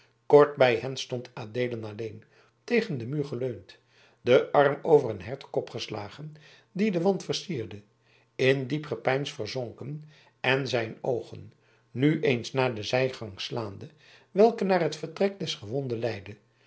kort bij hen stond adeelen alleen tegen den muur geleund den arm over een hertekop geslagen die den wand versierde in diep gepeins verzonken en zijn oogen nu eens naar de zijgang slaande welke naar het vertrek des gewonden leidde